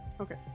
Okay